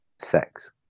Sex